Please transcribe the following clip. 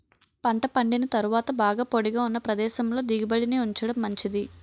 పంట పండిన తరువాత బాగా పొడిగా ఉన్న ప్రదేశంలో దిగుబడిని ఉంచడం మంచిది